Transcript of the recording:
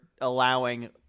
allowing